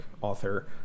author